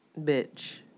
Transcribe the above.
bitch